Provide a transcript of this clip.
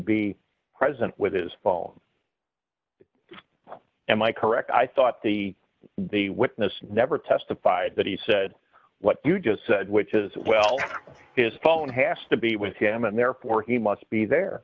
be present with his ball am i correct i thought the the witness never testified but he said what you just said which is well his phone has to be with him and therefore he must be there